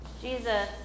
Jesus